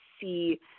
see